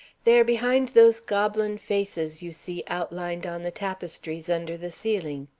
they are behind those goblin faces you see outlined on the tapestries under the ceiling.